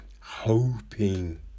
hoping